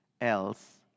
else